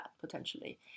potentially